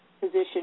position